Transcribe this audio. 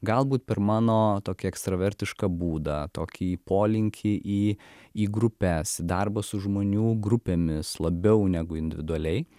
galbūt per mano tokį ekstravertišką būdą tokį polinkį į į grupes į darbą su žmonių grupėmis labiau negu individualiai